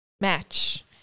match